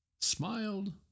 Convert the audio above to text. smiled